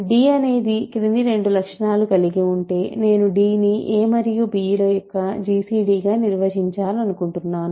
d అనేది క్రింది రెండు లక్షణాలు కలిగిఉంటే నేను d ని a మరియు b ల యొక్క gcd గా నిర్వచించాలనుకుంటున్నాను